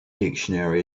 dictionary